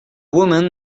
woman